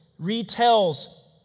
retells